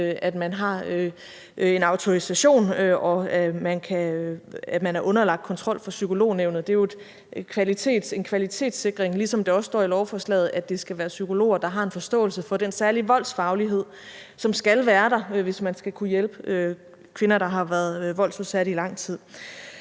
at man har en autorisation og er underlagt kontrol af Psykolognævnet. Det er jo en kvalitetssikring, ligesom det også står i lovforslaget, at det skal være psykologer, der har en forståelse for den særlige voldsfaglighed, som skal være der, hvis man skal kunne hjælpe kvinder, der har været voldsudsatte i lang tid.